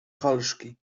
halszki